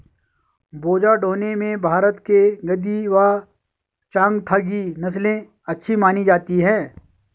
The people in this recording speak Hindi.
बोझा ढोने में भारत की गद्दी व चांगथागी नस्ले अच्छी मानी जाती हैं